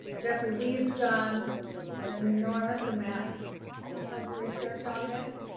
jeffrey we've done an enormous amount of research on this,